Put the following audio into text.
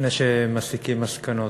לפני שמסיקים מסקנות.